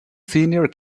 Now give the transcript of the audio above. senior